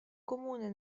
comune